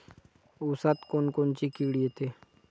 ऊसात कोनकोनची किड येते?